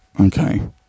Okay